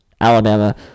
Alabama